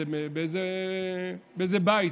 באיזה בית,